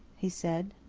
he said.